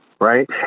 right